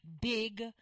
Big